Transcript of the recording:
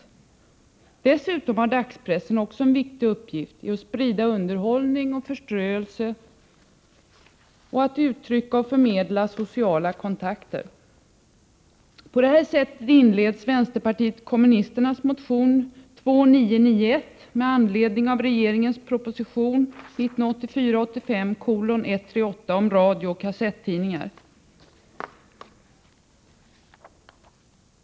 Dessutom har dagspressen också en viktig uppgift i att sprida underhållning och förströelse samt uttrycka och förmedla sociala kontakter. På detta sätt inleds vänsterpartiet kommunisternas motion 2991 med anledning av regeringens proposition 1984/85:138 om radiooch kassettidningar.